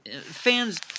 fans